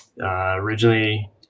Originally